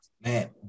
Man